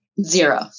zero